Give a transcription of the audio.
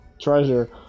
treasure